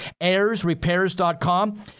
airsrepairs.com